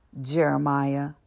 Jeremiah